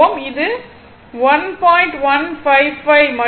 இது 1